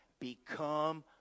Become